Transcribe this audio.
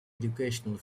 educational